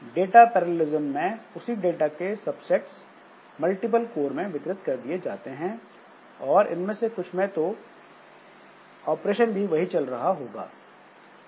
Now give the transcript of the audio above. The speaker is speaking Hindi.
डेटा पैरेललिस्म में उसी डाटा के सबसेट्स मल्टीपल कोर में वितरित कर दिया जाता है और उनमें से कुछ में तो वही ऑपरेशन चल रहा होता है